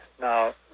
Now